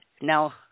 Now